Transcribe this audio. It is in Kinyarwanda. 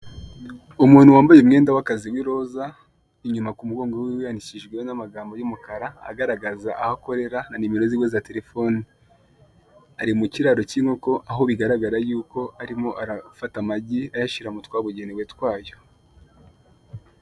Umuntu wambaye umwenda w'akazi w'iroza, inyuma ku mugongo wiwe wandishijweho n'amagambo y'umukara, agaragaza aho akorera na nimero ziwe za telefone, ari mu kiraro cy'inkoko, aho bigaragara yuko arimo arafata amagi ayashyira mu twabugenewe twayo.